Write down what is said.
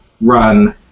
run